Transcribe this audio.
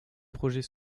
projets